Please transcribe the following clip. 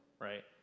Right